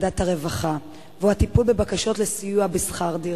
הרווחה, והוא הטיפול בבקשות לסיוע בשכר דירה.